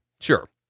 Sure